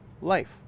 life